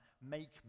Make